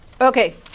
Okay